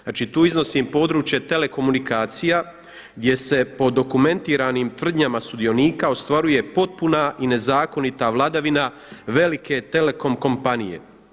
Znači tu iznosim područje telekomunikacijama gdje se po dokumentiranim tvrdnjama sudionika ostvaruje potpuna i nezakonita vladavina velike Telekom kompanije.